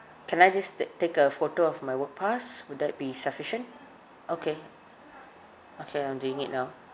can I just take take a photo of my work pass would that be sufficient okay okay I'm doing it now